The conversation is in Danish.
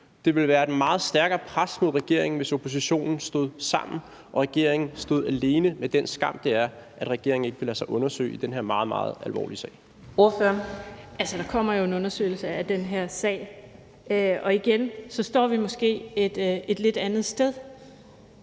Det ville være et meget stærkere pres mod regeringen, hvis oppositionen stod sammen og regeringen stod alene med den skam, det er, at regeringen ikke vil lade sig undersøge i den her meget, meget alvorlige sag. Kl. 15:46 Fjerde næstformand (Karina Adsbøl): Ordføreren.